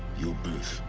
your birth